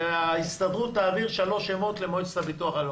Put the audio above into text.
שההסתדרות תעביר שלושה שמות למועצת הביטוח הלאומי?